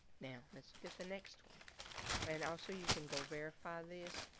now let's look at the next one and also you can go verify this.